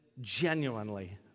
genuinely